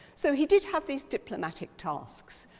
so he did have these diplomatic tasks,